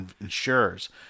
insurers